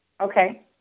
Okay